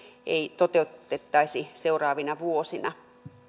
ei toteutettaisi seuraavina vuosina